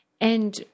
And-